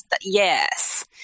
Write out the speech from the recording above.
yes